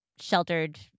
sheltered